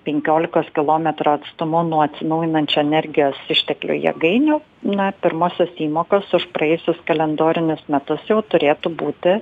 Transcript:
penkiolikos kilometrų atstumu nuo atsinaujinančių energijos išteklių jėgainių na pirmosios įmokos už praėjusius kalendorinius metus jau turėtų būti